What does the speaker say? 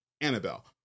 annabelle